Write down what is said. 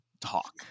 talk